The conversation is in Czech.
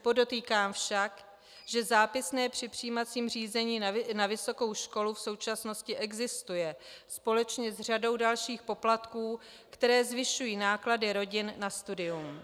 Podotýkám však, že zápisné při přijímacím řízení na vysokou školu v současnosti existuje, společně s řadou dalších poplatků, které zvyšují náklady rodin na studium.